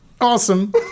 Awesome